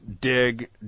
dig